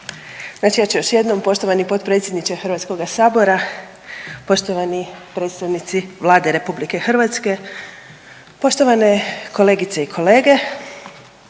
Znači ja ću još jednom, poštovani potpredsjedniče HS, poštovani predstavnici Vlade RH, poštovane kolegice i kolege,